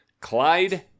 Clyde